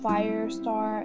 Firestar